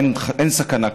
אין סכנה כזאת,